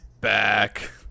Back